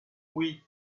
oui